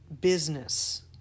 business